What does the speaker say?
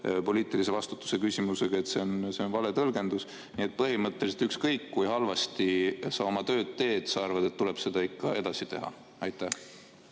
poliitilise vastutuse küsimusega, et see on vale tõlgendus. Nii et põhimõtteliselt on ükskõik, kui halvasti sa oma tööd teed, sa arvad, et tuleb seda ikka edasi teha. Jaa.